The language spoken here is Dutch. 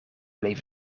bleef